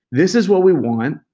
this is what we want.